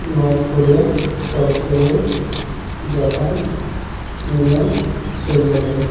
North Korea South Korea Japan England Switzerland